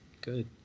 Good